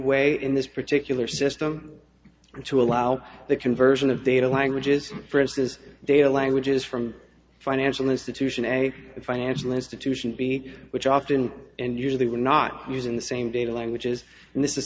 way in this particular system to allow the conversion of data languages france's data languages from financial institution and financial institution b which often and usually we're not using the same data languages and this is